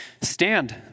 Stand